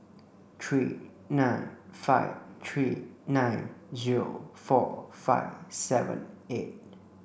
three nine five three nine zero four five seven eight